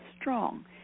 strong